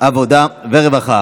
העבודה והרווחה